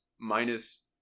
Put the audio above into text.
minus